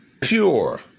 pure